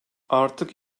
artık